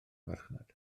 farchnad